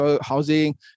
housing